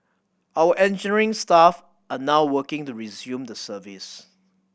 our engineering staff are now working to resume the service